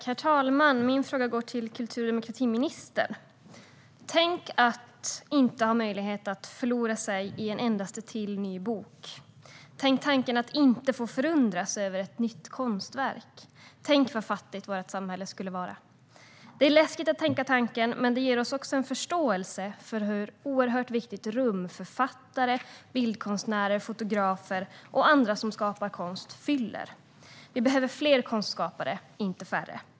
Herr talman! Min fråga går till kultur och demokratiministern. Tänk att inte ha möjlighet att förlora sig i en enda till ny bok eller att inte få förundras över ett nytt konstverk! Tänk vad fattigt vårt samhälle skulle vara! Det är läskigt att tänka tanken, men det ger oss också en förståelse för vilket oerhört viktigt rum författare, bildkonstnärer, fotografer och andra som skapar konst fyller. Vi behöver fler konstskapare, inte färre.